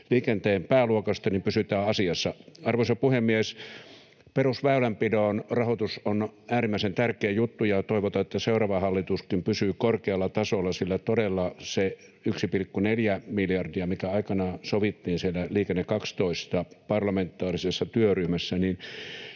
liikenteen pääluokasta, niin pysytään asiassa. Arvoisa puhemies! Perusväylänpidon rahoitus on äärimmäisen tärkeä juttu, ja toivotaan, että seuraava hallituskin pysyy korkealla tasolla, sillä eihän todella se 1,4 miljardia, mikä aikanaan sovittiin siinä parlamentaarisessa Liikenne